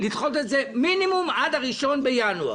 לדחות את זה מינימום עד ה-1 בינואר.